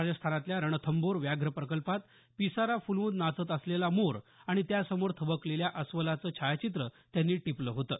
राजस्थानातल्या रणथंबोर व्याघ्र प्रकल्पात पिसारा फुलवून नाचत असलेला मोर आणि त्यासमोर थबकलेल्या अस्वलाचं छायाचित्र त्यांनी टिपलं होतं